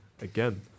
again